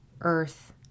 earth